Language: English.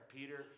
Peter